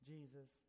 Jesus